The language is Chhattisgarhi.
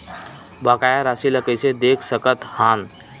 बकाया राशि ला कइसे देख सकत हान?